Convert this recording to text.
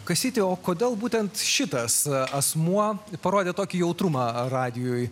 kastyti o kodėl būtent šitas asmuo parodė tokį jautrumą radijuj